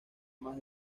más